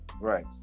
right